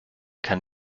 kann